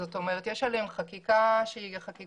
זאת אומרת, יש עליהן חקיקה כפולה.